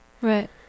Right